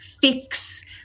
fix